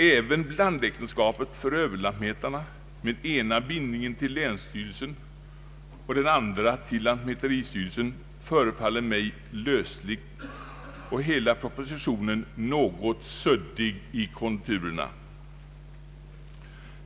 Även blandäktenskapet för överlantmätarna med ena bindningen till länsstyrelsen och den andra till lantmäteristyrelsen förefaller mig lösligt, och hela propositionen verkar något suddig i konturerna.